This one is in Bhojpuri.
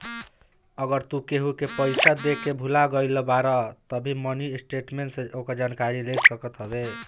अगर तू केहू के पईसा देके भूला गईल बाड़ऽ तअ मिनी स्टेटमेंट से ओकर जानकारी ले सकत हवअ